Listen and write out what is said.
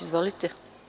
Izvolite.